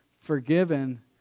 forgiven